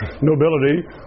nobility